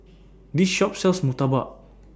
This Shop sells Murtabak